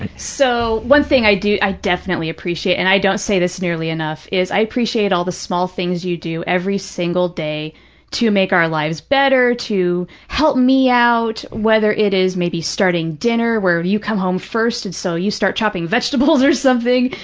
and so, one thing i definitely appreciate, and i don't say this nearly enough, is i appreciate all the small things you do every single day to make our lives better, to help me out, whether it is maybe starting dinner, where you come home first and so you start chopping vegetables or something,